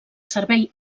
servei